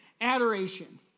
Adoration